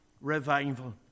revival